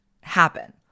happen